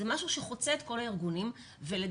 זה משהו שחוצה את כל הארגונים ולדעתי